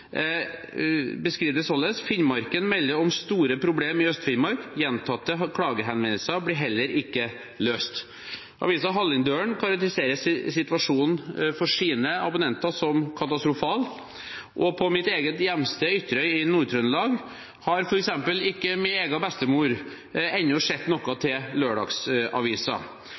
Finnmarken melder om store problemer i Øst-Finnmark, gjentatte klagehenvendelser blir heller ikke løst. Avisen Hallingdølen karakteriserer situasjonen for sine abonnenter som «katastrofal», og på mitt eget hjemsted, Ytterøy i Nord-Trøndelag, har f.eks. min egen bestemor ennå ikke sett noe til lørdagsavisen.